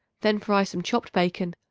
then fry some chopped bacon,